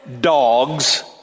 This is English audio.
dogs